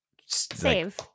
save